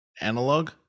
analog